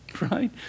right